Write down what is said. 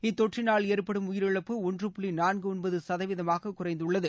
இத்தொற்றினால் ஏற்படும் உயிரிழப்பு ஒன்று புள்ளி நான்கு ஒன்பது சதவீதமாக குறைந்துள்ளது